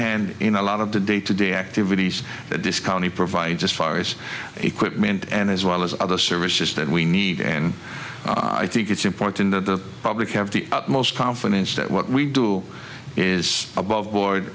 hand in a lot of the day to day activities that this county provides as far as equipment and as well as other services that we need and i think it's important that the public have the utmost confidence that what we do is above board